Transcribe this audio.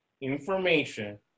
information